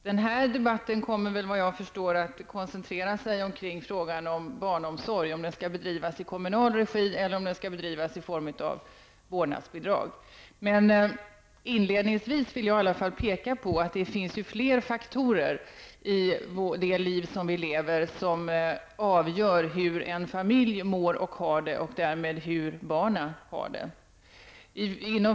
Den här debatten kommer enligt vad jag förstår att koncentreras till frågan om barnomsorgen skall bedrivas i kommunal regi eller i form av vårdnadsbidrag. Inledningsvis vill jag ändå peka på att det finns flera faktorer i det liv som vi lever som avgör hur en familj mår och har det och därmed hur barnen har det.